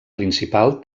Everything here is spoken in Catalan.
principal